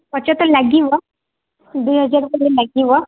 ଖର୍ଚ୍ଚ ତ ଲାଗିବ ଦୁଇ ହଜାର ପର୍ଯ୍ୟନ୍ତ ଲାଗିବ